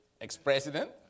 ex-president